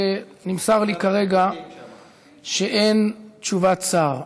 נמסר לי כרגע שאין תשובת שר.